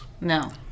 No